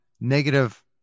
negative